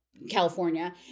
California